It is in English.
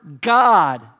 God